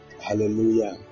Hallelujah